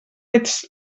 ets